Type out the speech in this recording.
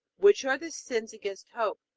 which are the sins against hope?